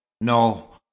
no